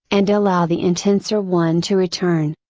and allow the intenser one to return.